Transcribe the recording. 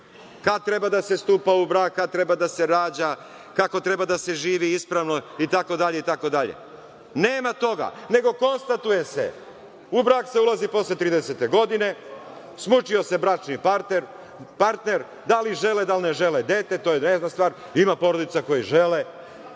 Kad treba da se stupa u brak, kad treba da se rađa, kako treba da se živi, ispravno itd. itd? Nema toga, nego konstatuje se, u brak se ulazi posle 30-e godine, smučio se bračni partner, da li žele, da li ne žele dete, to je vezna stvar, ima porodica koje žele,